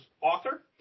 author